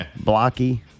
blocky